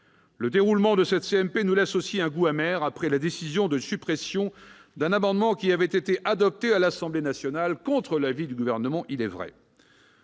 Le déroulement de cette CMP nous laisse aussi un goût amer au regard de la suppression d'un amendement qui avait été adopté à l'Assemblée nationale, contre l'avis du Gouvernement il est vrai.